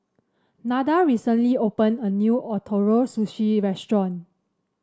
Nada recently opened a new Ootoro Sushi Restaurant